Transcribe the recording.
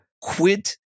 quit